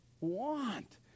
want